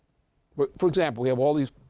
but for example, we have all these